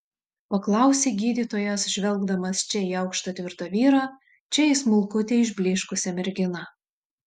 paklausė gydytojas žvelgdamas čia į aukštą tvirtą vyrą čia į smulkutę išblyškusią merginą